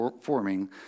forming